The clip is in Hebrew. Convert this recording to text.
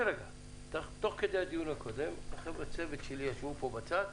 תוך כדי הדיון הקודם, הצוות שלי ישבו פה בצד,